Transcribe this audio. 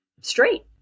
straight